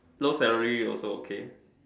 low salary also okay